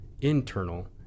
internal